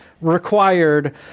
required